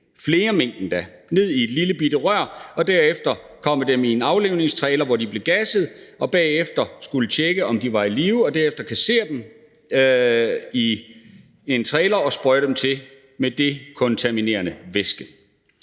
flere mink endda, ned i et lillebitte rør og derefter kommet dem i en aflivningstrailer, hvor de blev gasset. Bagefter skulle hun tjekke, om de var i live, og derefter komme dem på trailer og sprøjte dem til med dekontamineringsvæske.